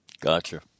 Gotcha